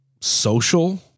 social